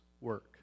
work